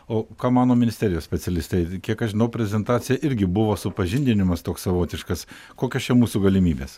o ką mano ministerijos specialistai kiek aš žinau prezentacija irgi buvo supažindinimas toks savotiškas kokios čia mūsų galimybės